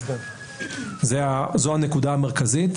זו הנקודה המרכזית.